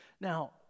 Now